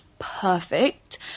perfect